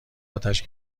آتش